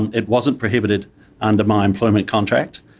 and it wasn't prohibited under my employment contract.